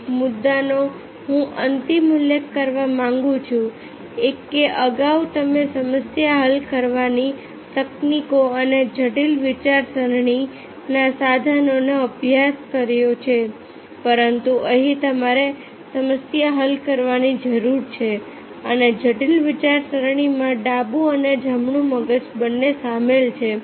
એક મુદ્દાનો હું અંતમાં ઉલ્લેખ કરવા માંગુ છું કે અગાઉ તમે સમસ્યા હલ કરવાની તકનીકો અને જટિલ વિચારસરણીના સાધનોનો અભ્યાસ કર્યો છે પરંતુ અહીં તમારે સમસ્યા હલ કરવાની જરૂર છે અને જટિલ વિચારસરણીમાં ડાબું અને જમણું મગજ બંને સામેલ છે